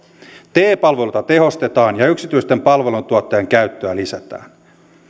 te palveluita tehostetaan ja yksityisten palveluntuottajien käyttöä lisätään